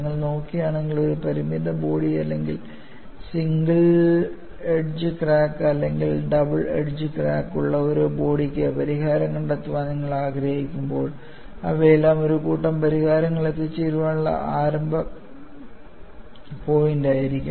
നിങ്ങൾ നോക്കുകയാണെങ്കിൽ ഒരു പരിമിത ബോഡി അല്ലെങ്കിൽ സിംഗിൾ എഡ്ജ് ക്രാക്ക് അല്ലെങ്കിൽ ഡബിൾ എഡ്ജ് ക്രാക്ക് ഉള്ള ഒരു ബോഡിക്ക് പരിഹാരം കണ്ടെത്താൻ നിങ്ങൾ ആഗ്രഹിക്കുമ്പോൾ അവയെല്ലാം ഒരു കൂട്ടം പരിഹാരങ്ങൾ എത്തിച്ചേരാനുള്ള ആരംഭ പോയിന്റായിരിക്കും